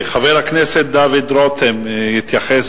חבר הכנסת דוד רותם יתייחס